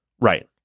Right